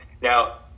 Now